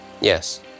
Yes